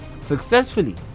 successfully